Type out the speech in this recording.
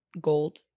gold